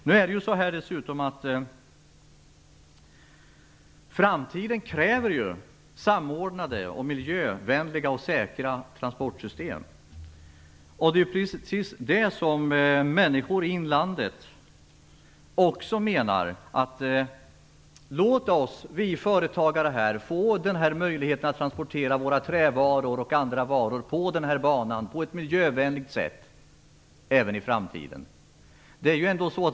Nu är det dessutom så att framtiden kräver samordnade, miljövänliga och säkra transportsystem. Det är precis det som människor i inlandet också menar. Dessa företagare vill gärna få den här möjligheten att transportera sina trävaror och andra varor på banan på ett miljövänligt sätt även i framtiden.